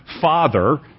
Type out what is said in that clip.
father